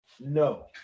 No